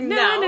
no